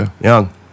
young